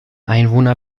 einwohner